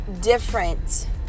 different